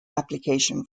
application